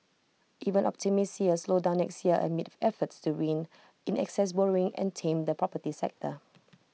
even optimists see A slowdown next year amid efforts to rein in excess borrowing and tame the property sector